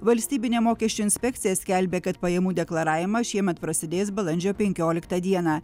valstybinė mokesčių inspekcija skelbia kad pajamų deklaravimas šiemet prasidės balandžio penkioliktą dieną